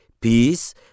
peace